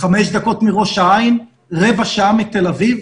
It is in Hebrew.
חמש דקות מראש העין, רבע שעה מתל אביב,